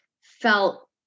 felt